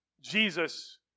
Jesus